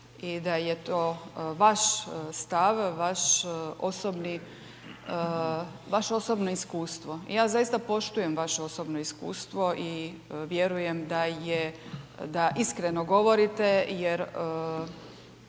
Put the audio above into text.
i da je to vaš stav, vaš osobni vaše osobno iskustvo i ja zaista poštujem vaše osobno iskustvo i vjerujem da je da iskreno govorite jer